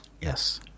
Yes